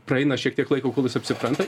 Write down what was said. praeina šiek tiek laiko kol jis apsipranta